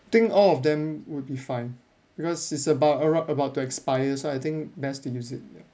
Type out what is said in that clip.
I think all of them would be fine because it's about around about to expire so I think best to use it